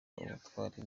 ubutwari